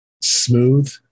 smooth